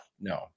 no